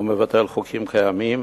מבטל חוקים קיימים,